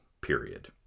period